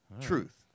Truth